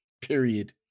period